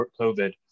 COVID